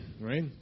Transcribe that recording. Right